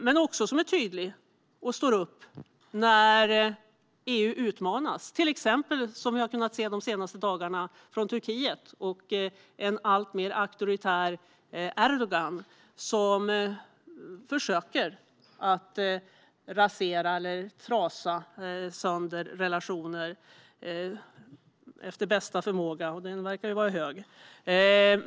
Det behövs också en tydlig röst när EU utmanas. Under de senaste dagarna har vi kunnat se Turkiet och en alltmer auktoritär Erdogan som försöker att trasa sönder relationer efter bästa förmåga - och den förmågan verkar ju vara stor.